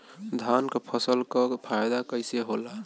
धान क फसल क फायदा कईसे होला?